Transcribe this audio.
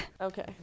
Okay